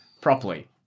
properly